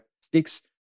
sticks